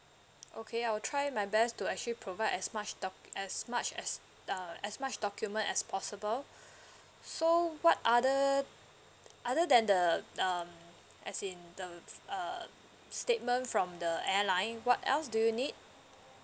okay I will try my best to actually provide as much do~ as much as uh as much document as possible so what other other than the um as in the uh statement from the airline what else do you need